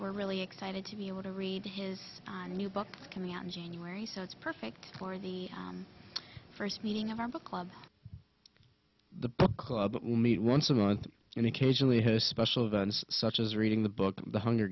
we're really excited to be able to read his new book coming out in january so it's perfect for the first meeting of our book club the book club will meet once a month and occasionally has special events such as reading the book the hunger